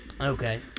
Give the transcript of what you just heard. Okay